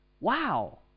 Wow